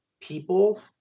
people